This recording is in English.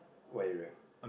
what area